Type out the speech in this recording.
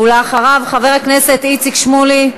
ואחריו, חבר הכנסת איציק שמולי.